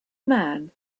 man